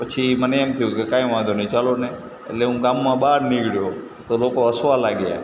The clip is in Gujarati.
પછી મને એમ થયું કે કંઈ વાંધો નહીં ચાલો ને એટલે હું ગામમાં બહાર નીકળ્યો તો લોકો હસવા લાગ્યા